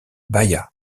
bahia